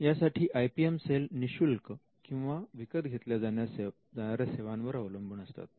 यासाठी I P M cell निशुल्क किंवा विकत घेतल्या जाणाऱ्या सेवांवर अवलंबून असतात